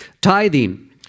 Tithing